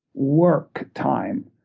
work time,